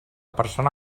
persona